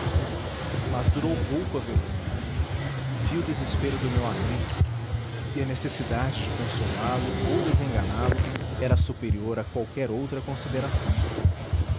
mas durou pouco a vergonha vi o desespero do meu amigo e a necessidade de consolá-lo ou desenganá-lo era superior a qualquer outra consideração